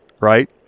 right